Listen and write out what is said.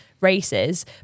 races